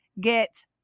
get